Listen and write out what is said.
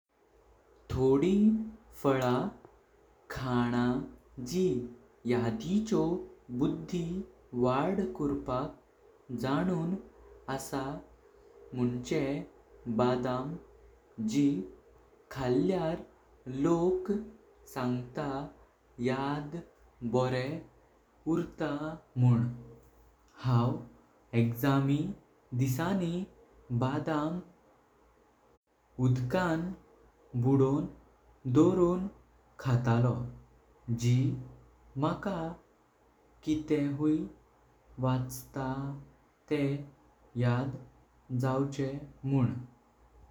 थोडी फल खाणा जी यादिचो बुद्धि वाढा करपाक जाणून। आसा मुणचें बदाम जी खायल्यार लोक सांगतां याद बोरें उरतां मुण हांव एक्जामी डिसांनी बदाम उदकां बुडों द़ोरून खातलो। जी माका जे किते हुवई वाचलां ते याद जायचें मुण।